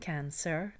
Cancer